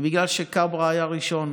ובגלל שכברה היה ראשון